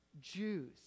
Jews